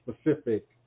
specific –